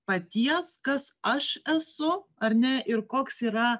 paties kas aš esu ar ne ir koks yra